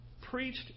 preached